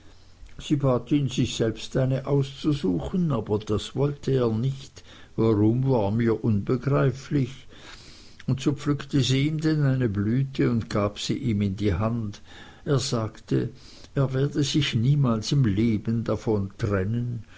bat ihn sich selbst eine auszusuchen aber das wollte er nicht warum war mir unbegreiflich und so pflückte sie ihm denn eine blüte und gab sie ihm in die hand er sagte er werde sich niemals im leben davon trennen